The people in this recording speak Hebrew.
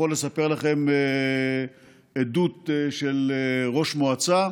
הוא יכול לספר לכם עדות של ראש מועצה,